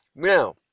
Now